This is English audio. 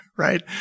right